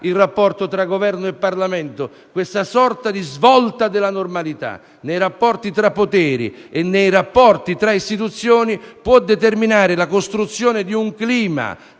il rapporto tra Governo e Parlamento. Questa sorta di svolta verso la normalità nei rapporti tra poteri e nei rapporti tra istituzioni può determinare la costruzione di un clima